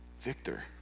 victor